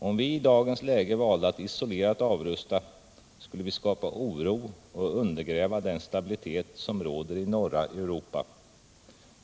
Om vi i dagens läge valde att isolerat avrusta skulle vi skapa oro och undergräva den stabilitet som råder i norra Europa.